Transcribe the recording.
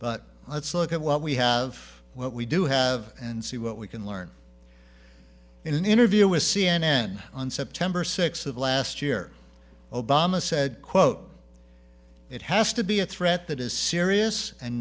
but let's look at what we have what we do have and see what we can learn in an interview with c n n on september sixth of last year obama said quote it has to be a threat that is serious and